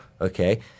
okay